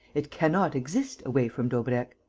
it cannot exist away from daubrecq.